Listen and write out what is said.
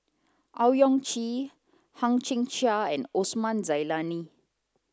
Owyang Chi Hang Chang Chieh and Osman Zailani